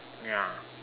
ya